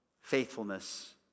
faithfulness